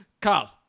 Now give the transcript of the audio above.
Carl